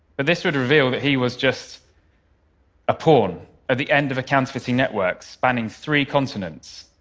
but this would reveal that he was just a pawn at the end of a counterfeiting network spanning three continents,